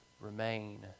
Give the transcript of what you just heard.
Remain